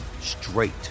straight